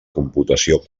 computació